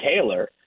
Taylor